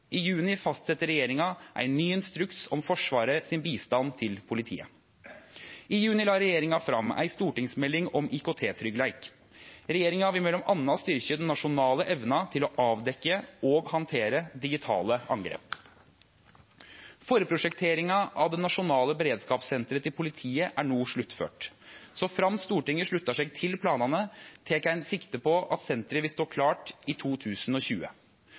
I juni fastsette regjeringa ein ny instruks om Forsvarets bistand til politiet. I juni la regjeringa fram ei stortingsmelding om IKT-tryggleik. Regjeringa vil m.a. styrkje den nasjonale evna til å avdekkje og handtere digitale angrep. Forprosjekteringa av det nasjonale beredskapssenteret til politiet er no sluttført. Såframt Stortinget sluttar seg til planane, tek ein sikte på at senteret vil stå klart i 2020.